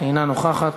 אינה נוכחת.